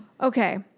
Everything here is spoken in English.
Okay